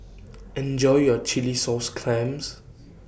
Enjoy your Chilli Sauce Clams